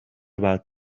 about